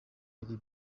ati